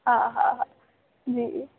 हा हा हा जी